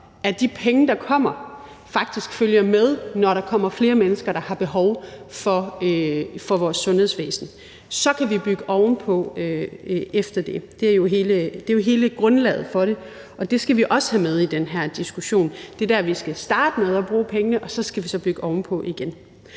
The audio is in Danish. at de penge, der kommer, faktisk følger med, når der kommer flere mennesker, der har behov for vores sundhedsvæsen. Så kan vi bygge ovenpå efter det. Det er jo hele grundlaget for det, og det skal vi også have med i den her diskussion. Det er der, vi skal starte med at bruge pengene, og så skal vi så bygge ovenpå igen.